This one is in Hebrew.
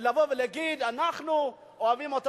ולבוא ולהגיד: אנחנו אוהבים אותם.